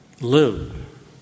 Live